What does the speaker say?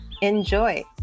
enjoy